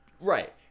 Right